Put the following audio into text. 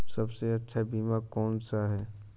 सबसे अच्छा बीमा कौन सा है?